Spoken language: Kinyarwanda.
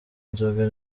inzoga